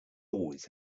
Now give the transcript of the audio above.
always